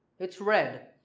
it's red.